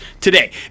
today